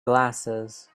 glasses